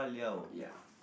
uh ya